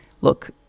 look